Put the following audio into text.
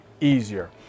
easier